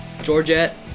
Georgette